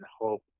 hope